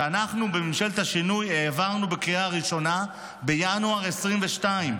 שאנחנו בממשלת השינוי העברנו בקריאה ראשונה בינואר 2022,